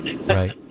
Right